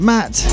Matt